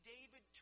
David